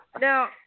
Now